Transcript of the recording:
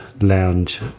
lounge